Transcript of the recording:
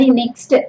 next